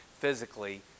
physically